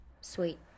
Sweet